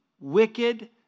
wicked